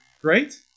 great